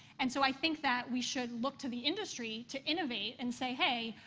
and so i think that we should look to the industry to innovate and say, hey,